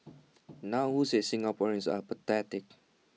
now who said Singaporeans are apathetic